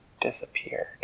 disappeared